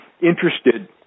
interested